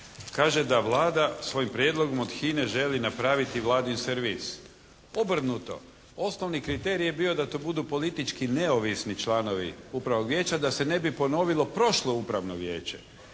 Kaže da Vlada svojim prijedlogom od HINA-e želi napraviti Vladin servis. Obrnuto. Osnovni kriterij je bio da to budu politički neovisni članovi Upravnog vijeća da se ne bi ponovilo prošlo Upravno vijeće